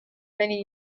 many